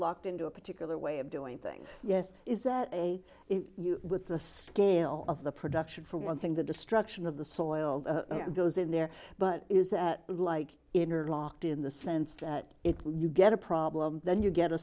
locked into a particular way of doing things yes is that a you with the scale of the production for one thing the destruction of the soil goes in there but is that like in your locked in the sense that if you get a problem then you get a